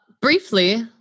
Briefly